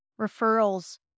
referrals